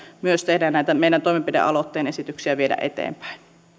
tehdä ja näitä meidän toimenpidealoitteen esityksiä viedä eteenpäin